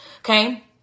okay